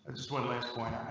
this one last point,